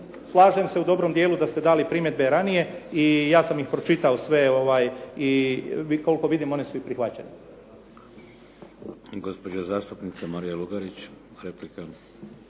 Slažem se u dobrom dijelu da ste dali primjedbe ranije i ja sam ih pročitao sve, i koliko vidim one su i prihvaćene.